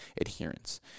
adherence